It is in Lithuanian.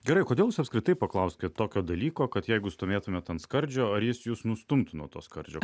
gerai kodėl jūs apskritai paklausėt tokio dalyko kad jeigu stovėtumėt ant skardžio ar jis jus nustumtų nuo to skardžio